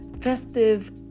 festive